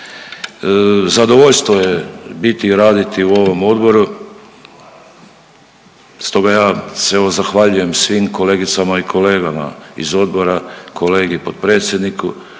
Zadovoljstvo je biti i raditi u ovom odboru stoga ja se evo zahvaljujem svim kolegicama i kolegama iz odbora, kolegi potpredsjedniku,